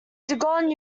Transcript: doggone